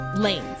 lanes